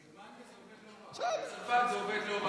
בגרמניה זה עובד לא רע, בצרפת זה עובד לא רע.